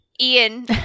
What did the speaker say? ian